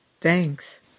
Thanks